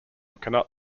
cannot